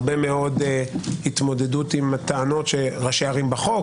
הרבה מאוד התמודדות עם הטענות שראשי ערים בחוק,